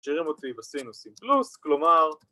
שירים אותי בסינוסים פלוס, כלומר...